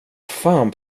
fan